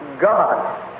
God